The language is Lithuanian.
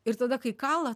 ir tada kai kala